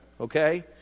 okay